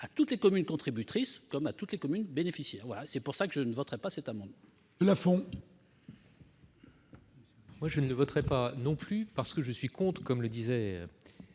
à toutes les communes contributrices, comme à toutes les communes bénéficiaires. C'est pour cette raison que je ne voterai pas cet amendement.